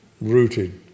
rooted